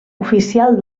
oficial